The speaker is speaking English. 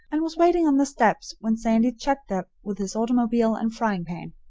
and was waiting on the steps when sandy chugged up with his automobile and frying pan.